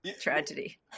tragedy